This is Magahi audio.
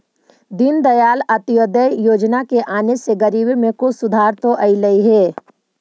दीनदयाल अंत्योदय योजना के आने से गरीबी में कुछ सुधार तो अईलई हे